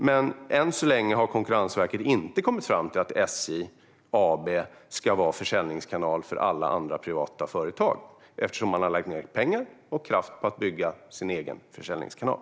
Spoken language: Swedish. Men än så länge har Konkurrensverket inte kommit fram till att SJ AB ska vara försäljningskanal för alla andra privata företag, eftersom man har lagt ned pengar och kraft på att bygga sin egen försäljningskanal.